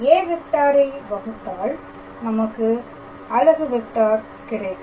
a வெக்டாரை வகுத்தால் நமக்கு அலகு வெக்டார் கிடைக்கும்